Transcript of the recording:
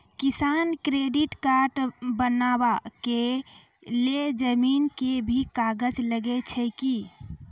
किसान credit card बनबा के लेल जमीन के भी कागज लागै छै कि?